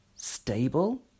Stable